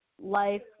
Life